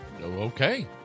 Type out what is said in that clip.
Okay